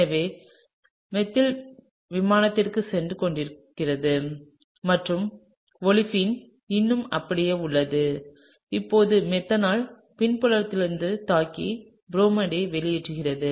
எனவே மீதில் விமானத்திற்குள் சென்று கொண்டிருக்கிறது மற்றும் ஓலேஃபின் இன்னும் அப்படியே உள்ளது இப்போது மெத்தனால் பின்புறத்திலிருந்து தாக்கி புரோமைடை வெளியேற்றியது